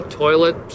toilet